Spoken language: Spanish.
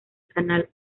canal